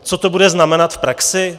Co to bude znamenat v praxi?